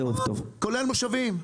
כולל מושבים.